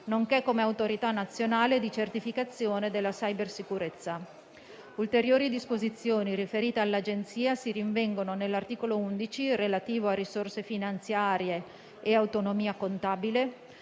nonché come autorità nazionale di certificazione della cybersicurezza. Ulteriori disposizioni riferite all'Agenzia si rinvengono nell'articolo 11, relativo a risorse finanziarie e autonomia contabile;